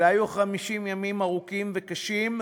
אלה היו 50 ימים ארוכים וקשים,